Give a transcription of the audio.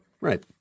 Right